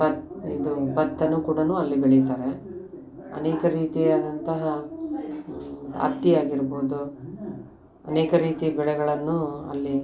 ಬತ್ ಇದು ಭತ್ತನು ಕೂಡ ಅಲ್ಲಿ ಬೆಳಿತಾರೆ ಅನೇಕ ರೀತಿ ಆದಂತಹ ಹತ್ತಿಯಾಗಿರ್ಬೋದು ಅನೇಕ ರೀತಿ ಬೆಳೆಗಳನ್ನು ಅಲ್ಲಿ